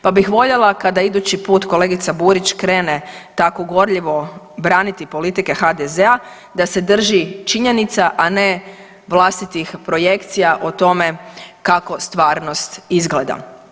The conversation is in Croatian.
Pa bih voljela kada idući put kolegica Burić krene tako gorljivo braniti politike HDZ-a da se drži činjenica, a ne vlastitih projekcija o tome kako stvarnost izgleda.